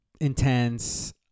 intense